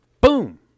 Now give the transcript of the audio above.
Boom